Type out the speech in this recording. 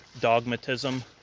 dogmatism